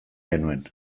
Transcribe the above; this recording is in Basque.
genuen